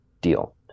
deal